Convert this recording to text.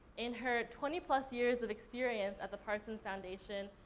in her twenty plus years of experience at the parson's foundation,